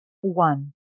one